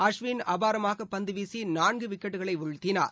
அஸ்வின் அபாரமாக பந்து வீசி நான்கு விக்கெட்களைவீழ்த்தினார்